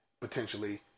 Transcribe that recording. potentially